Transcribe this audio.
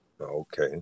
Okay